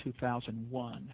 2001